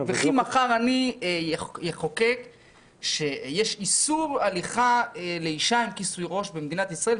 וכי מחר אני אחוקק שיש איסור הליכה לאישה עם כיסוי ראש במדינת ישראל,